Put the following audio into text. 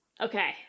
Okay